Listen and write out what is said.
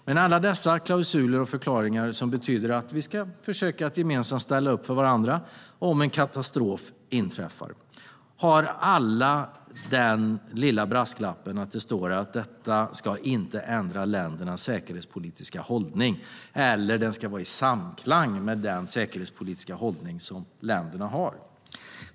Men alla dessa klausuler och förklaringar, som betyder att vi ska försöka att gemensamt ställa upp för varandra om en katastrof inträffar, har den lilla brasklappen att detta inte ska ändra ländernas säkerhetspolitiska hållning eller att de ska vara i samklang med den säkerhetspolitiska hållning som länderna har.